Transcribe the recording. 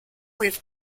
with